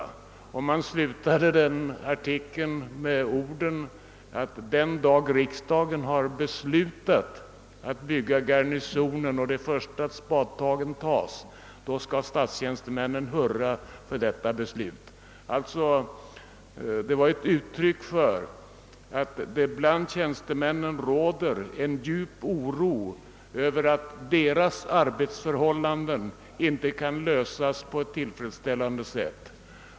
Artikeln slutade med orden att den dag riksdagen har beslutat att bygga förvaltningsbyggnaden i kvarteret Garnisonen och de första spadtagen tas skall statstjänstemännen hurra för detta beslut. Det var alltså ett uttryck för att det bland tjänstemännen råder en djup oro över att deras arbetsförhållanden inte kan lösas på ett tillfredsställande sätt.